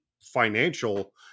financial